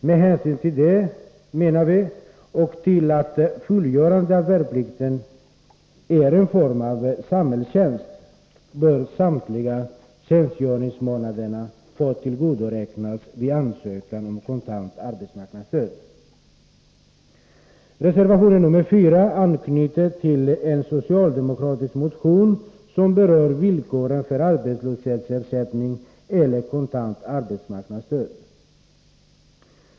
Med hänsyn till detta och till att fullgörande av värnplikten är en form av samhällstjänst, menar vi att samtliga tjänstgöringsmånader bör få tillgodoräknas vid ansökan om kontant arbetsmarknadsstöd. Reservation 4 anknyter till en socialdemokratisk motion som berör villkoren för arbetslöshetsersättning eller kontant arbetsmarknadsstöd.